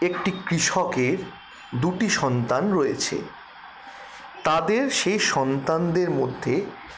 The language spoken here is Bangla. একটি কৃষকের দুটি সন্তান রয়েছে তাদের সে সন্তানদের মধ্যে